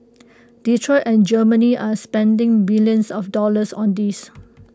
Detroit and Germany are spending billions of dollars on this